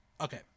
Okay